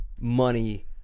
money